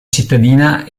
cittadina